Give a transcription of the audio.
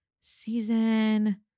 season